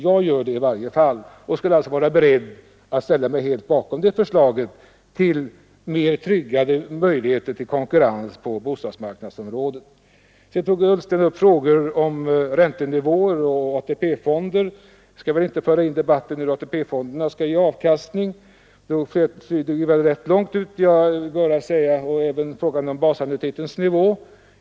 Jag följer i varje fall med och skulle alltså vara beredd att helt ställa mig bakom detta förslag till mer tryggade möjligheter till konkurrens på bostadsmarknaden. Herr Ullsten tog också upp frågan om räntenivån och frågan om ATP-fonderna. Vi skall väl inte föra in debatten på hur ATP-fonderna skall ge avkastning eller på basannuitetens nivå — då flyter vi rätt långt ut.